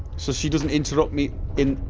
so she doesn't interrupt me in,